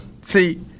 See